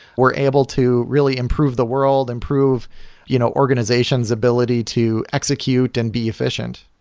we're able to really improve the world, improve you know organizations' ability to execute and be efficient.